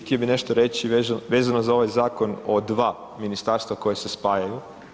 Htio bih nešto reći vezano za ovaj zakon o dva ministarstva koja se spajaju.